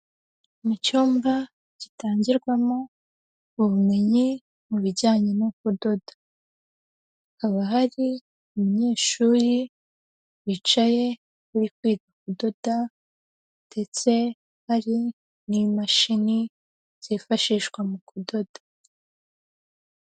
Mu cyumba gitangirwamo ubumenyi mu bijyanye no kudoda. Hakaba hari umunyeshuri wicaye uri kudoda ndetse hari n'imashini zifashishwa mu kudoda.